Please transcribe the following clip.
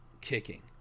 kicking